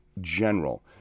general